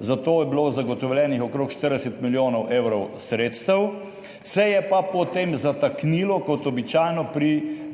za to je bilo zagotovljenih okrog 40 milijonov evrov sredstev, se je pa potem zataknilo, kot običajno, pri